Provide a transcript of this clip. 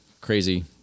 crazy